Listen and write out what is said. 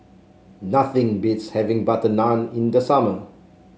nothing beats having butter naan in the summer